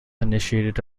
initiated